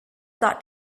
that